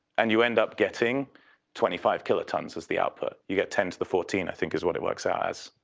and you end up getting twenty five kilotons as the output. you get ten to the fourteen, i think is what it works out as.